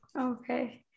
Okay